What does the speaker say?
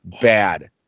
bad